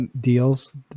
deals